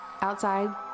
Outside